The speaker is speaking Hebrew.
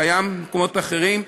והוא קיים במקומות אחרים,